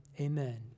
amen